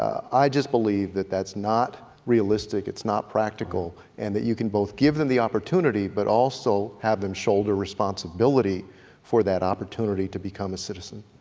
i just believe that that's not realistic, it's not practical, and that you can both give them the opportunity but also have them shoulder responsibility for that opportunity to become a citizen.